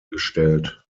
gestellt